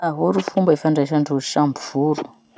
Ahoa ro fomba ifandraisandrozy samby voro?